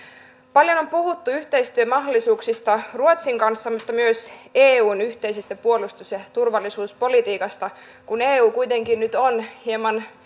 paljon on puhuttu yhteistyömahdollisuuksista ruotsin kanssa mutta myös eun yhteisestä puolustus ja turvallisuuspolitiikasta kun eu kuitenkin nyt on hieman